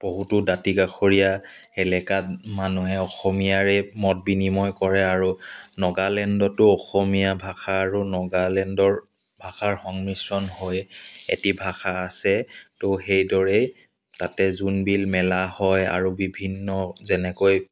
বহুতো দাঁতি কাষৰীয়া এলেকাত মানুহে অসমীয়াৰে মত বিনিময় কৰে আৰু নাগালেণ্ডতো অসমীয়া ভাষাৰ আৰু নাগালেণ্ডৰ ভাষাৰ সংমিশ্ৰণ হৈ এটি ভাষা আছে তো সেইদৰে তাতে জোনবিল মেলা হয় আৰু বিভিন্ন যেনেকৈ